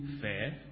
fair